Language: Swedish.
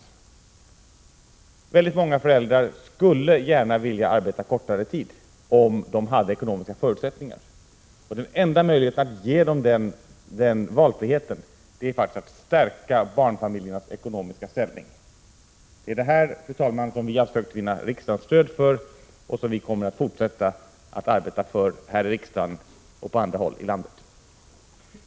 Väldigt många föräldrar skulle gärna vilja arbeta kortare tid om de hade ekonomiska förutsättningar. Den enda möjligheten att ge dem denna valfrihet är faktiskt att stärka barnfamiljernas ekonomiska ställning. Detta, fru talman, har vi försökt vinna riksdagens stöd för. Vi kommer att fortsätta att arbeta för det här i riksdagen och på andra håll i landet.